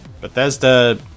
Bethesda